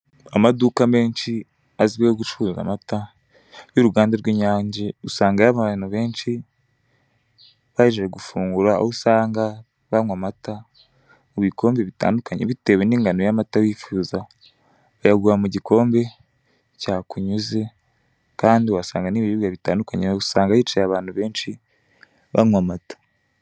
Amaduka menshi azwiho gucuruza amata y' uruganda rw' inyange usangayo abantu benshi, barangije gufungura, aho usanga banywa amata, mubikombe bitandukanye ,bitewe n' ingano y' amata wifuza, bayaguha mugikombe cyakunyuze Kandi wahasanga n' ibiribwa bitandukanye, kuhasanga hicaye abantu benshi banywa amata.